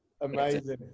amazing